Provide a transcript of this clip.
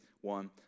one